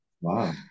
Wow